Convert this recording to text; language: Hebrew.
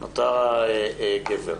נותר הגבר,